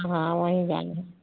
हाँ वहीं जाएँगे